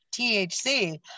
THC